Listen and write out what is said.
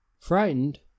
Frightened